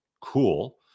cool